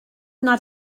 nad